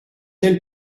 elle